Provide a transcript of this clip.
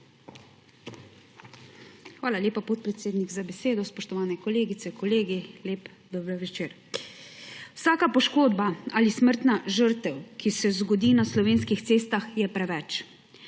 Hvala lepa, podpredsednik, za besedo. Spoštovani kolegice, kolegi! Lep dober večer! Vsaka poškodba ali smrtna žrtev, ki se zgodi na slovenskih cestah, je preveč.